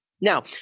Now